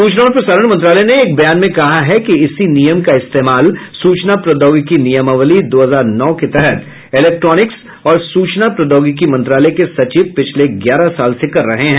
सूचना और प्रसारण मंत्रालय ने एक बयान में कहा है कि इसी नियम का इस्तेमाल सूचना प्रौद्योगिकी नियमावली दो हजार नौ के तहत इलेक्ट्रॉनिक्स और सूचना प्रौद्योगिकी मंत्रालय के सचिव पिछले ग्यारह साल से कर रहे हैं